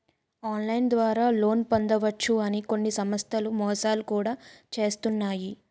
online ద్వారా loan పొందవచ్చు అని కొన్ని సంస్థలు మోసాలు కూడా చేస్తున్నాయి